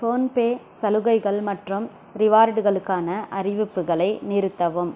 PhonePe சலுகைகள் மற்றும் ரிவார்டுகளுக்கான அறிவிப்புகளை நிறுத்தவும்